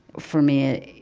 for me,